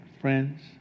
friends